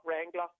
wrangler